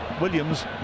Williams